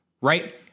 right